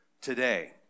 today